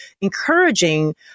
encouraging